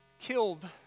killed